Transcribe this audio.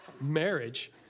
marriage